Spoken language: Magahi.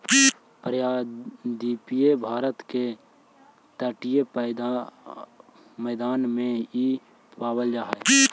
प्रायद्वीपीय भारत के तटीय मैदान में इ पावल जा हई